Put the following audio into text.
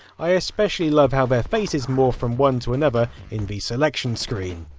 i especially love how their faces morph from one to another in the selection screen.